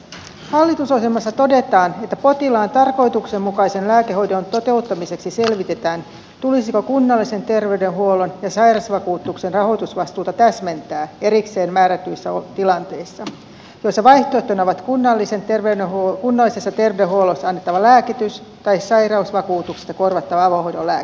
hallitusohjelmassa todetaan että potilaan tarkoituksenmukaisen lääkehoidon toteuttamiseksi selvitetään tulisiko kunnallisen terveydenhuollon ja sairausvakuutuksen rahoitusvastuuta täsmentää erikseen määrätyissä tilanteissa joissa vaihtoehtoina ovat kunnallisessa terveydenhuollossa annettava lääkitys tai sairausvakuutuksesta korvattava avohoidon lääkitys